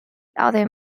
other